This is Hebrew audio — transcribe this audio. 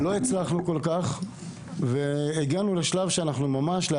לא הצלחנו כל כך והגענו לשלב שאנחנו ממש,